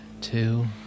two